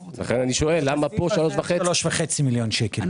לכן אני שואל למה פה 3.5 מיליון שקל,